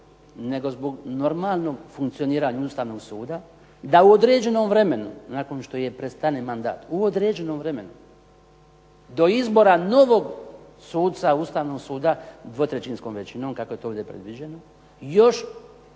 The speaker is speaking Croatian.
nego zbog normalnog funkcioniranja Ustavnog suda da u određenom vremenu nakon što prestane mandat, u određenom vremenu, do izbora novog suca Ustavnog suda dvotrećinskom većinom kako je to ovdje predviđeno još